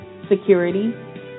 security